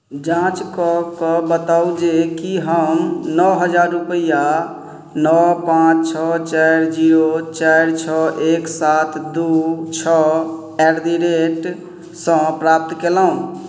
जाँच कऽ कऽ बताउ जे कि हम नओ हजार रुपैआ नओ पाँच छओ चारि जीरो चारि छओ एक सात दुइ छओ एट दी रेटसँ प्राप्त कएलहुँ